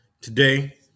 today